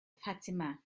fatima